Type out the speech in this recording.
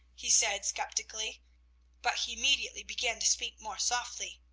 he said skeptically but he immediately began to speak more softly.